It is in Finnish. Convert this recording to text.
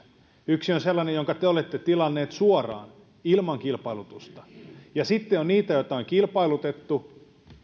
yksi on sellainen jonka te olette tilanneet suoraan ilman kilpailutusta ja sitten on niitä joita on kilpailutettu